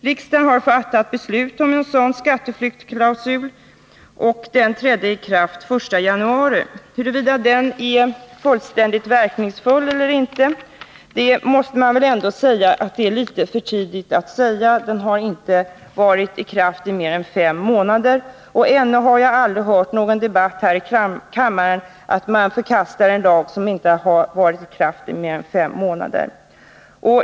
Riksdagen har fattat beslut om en sådan skatteflyktsklausul, och den trädde i kraft den 1 januari. Huruvida den är fullständigt verkningsfull eller inte måste man väl ändå säga är för tidigt att bedöma — den har ju inte varit i kraft mer än fem månader. Och jag har ännu aldrig hört i någon debatt här i kammaren att man förkastar en lag som varit i kraft i bara fem månader.